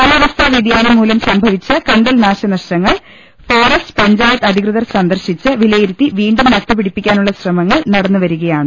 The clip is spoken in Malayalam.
കാലാവസ്ഥ വ്യതിയാനം മൂലം സംഭവിച്ച കണ്ടൽ നാശനഷ്ടങ്ങൾ ഫോറസ്റ്റ് പഞ്ചായത്ത് അധികൃതർ സന്ദർശിച്ച് വിലയിരുത്തി വീണ്ടും നട്ടു പിടിപ്പിക്കാ നുള്ള ഗ്രശമങ്ങൾ നട ന്നു വരികയാണ്